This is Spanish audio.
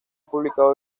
publicado